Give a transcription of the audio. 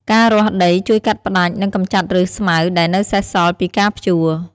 ការរាស់ដីជួយកាត់ផ្តាច់និងកម្ចាត់ឬសស្មៅដែលនៅសេសសល់ពីការភ្ជួរ។